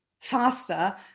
faster